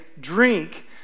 drink